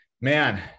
man